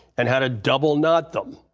and how to double knot them.